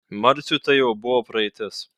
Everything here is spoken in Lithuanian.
marciui tai jau buvo praeitis